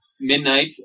midnight